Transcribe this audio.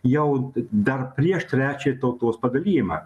jau dar prieš trečiąjį tautos padalijimą